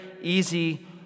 easy